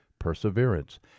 Perseverance